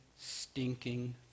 stinking